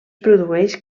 produeix